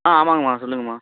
ஆ ஆமாங்கம்மா சொல்லுங்கம்மா